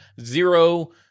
zero